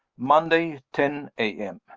monday, ten a m.